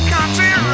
Country